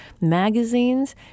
magazines